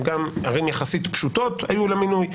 בערים יחסית פשוטות היה מינוי,